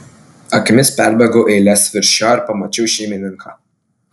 akimis perbėgau eiles virš jo ir pamačiau šeimininką